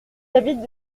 avis